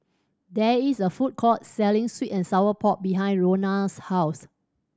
there is a food court selling sweet and sour pork behind Lonna's house